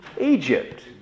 Egypt